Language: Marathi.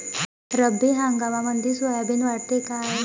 रब्बी हंगामामंदी सोयाबीन वाढते काय?